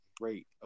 great